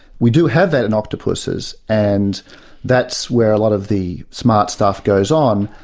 we do have that in octopuses, and that's where a lot of the smart stuff goes on,